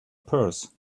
purse